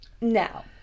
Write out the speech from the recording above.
Now